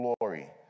glory